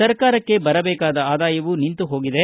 ಸರ್ಕಾರಕ್ಕೆ ಬರಬೇಕಾದ ಆದಾಯವೂ ನಿಂತು ಹೋಗಿದೆ